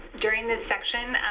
during this section,